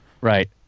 Right